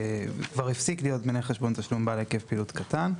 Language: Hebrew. כבר הפסיק להיות מנהל חשבון תשלום בעל היקף פעילות קטן.